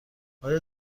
آیا